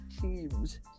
teams